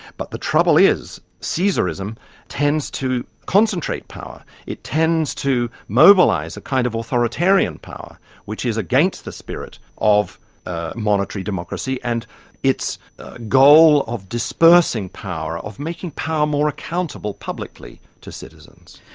but the trouble is caesarism tends to concentrate power, it tends to mobilise a kind of authoritarian power which is against the spirit of ah monitory democracy and its goal of dispersing power, of making power more accountable publicly to citizens.